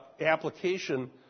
application